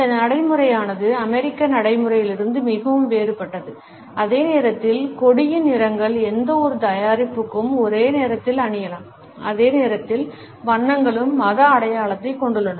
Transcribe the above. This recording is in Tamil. இந்த நடைமுறையானது அமெரிக்க நடைமுறையிலிருந்து மிகவும் வேறுபட்டது அதே நேரத்தில் கொடியின் நிறங்கள் எந்தவொரு தயாரிப்புக்கும் ஒரே நேரத்தில் அணியலாம் அதே நேரத்தில் வண்ணங்களும் மத அடையாளத்தைக் கொண்டுள்ளன